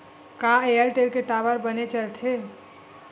का एयरटेल के टावर बने चलथे?